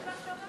מזל טוב.